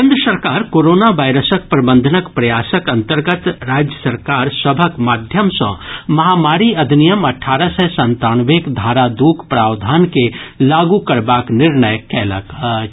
केन्द्र सरकार कोरोना वायरसक प्रबंधनक प्रयासक अन्तर्गत राज्य सरकार सभक माध्यम सँ महामारी अधिनियम अठारह सय संतानवेक धारा दूक प्रावधान के लागू करबाक निर्णय कयलक अछि